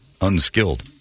unskilled